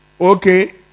Okay